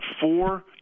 four